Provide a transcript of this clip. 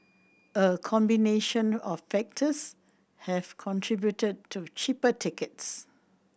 a combination of factors have contributed to cheaper tickets